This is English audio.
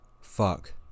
Fuck